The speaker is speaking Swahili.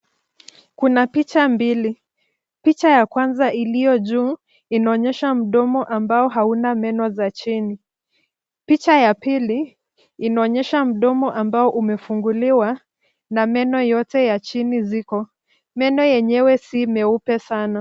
Kuna picha mbili, picha ya kwanza iliojuu inaonyesha mdomo ambao hauna meno za chini, picha ya pili inaonyesha mdomo ambao umefunguliwa na meno yote ya chini ziko. Meno yenyewe si meupe sana.